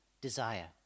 desire